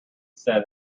said